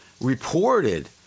reported